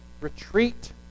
Retreat